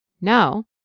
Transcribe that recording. no